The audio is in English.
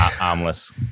armless